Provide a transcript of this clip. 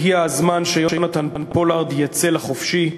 הגיע הזמן שיונתן פולארד יצא לחופשי.